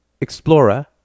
Explorer